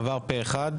עבר פה אחד.